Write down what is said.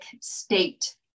state